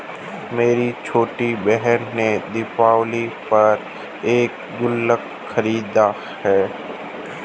मेरी छोटी बहन ने दिवाली पर एक गुल्लक खरीदा है